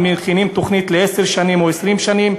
אם מכינים תוכנית לעשר שנים או 20 שנים,